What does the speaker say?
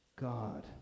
God